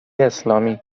اسلامی